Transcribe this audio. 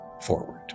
forward